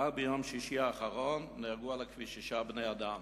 רק ביום שישי האחרון נהרגו על הכביש שישה בני-אדם